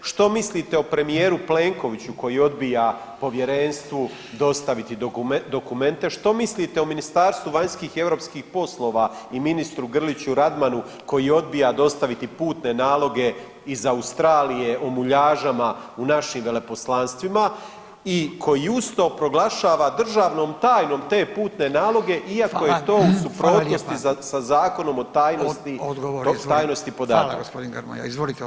Što mislite o premijeru Plenkoviću koji odbija povjerenstvu dostaviti dokumente, što mislite o Ministarstvu vanjskih i europskih poslova i ministru Grliću Radmanu koji odbija dostaviti putne naloge iz Australije o muljažama u našim veleposlanstvima i koji uz to proglašava državnom tajnom te putne naloge iako je to u suprotnosti sa Zakonom o tajnosti, o tajnosti podataka?